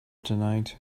tonight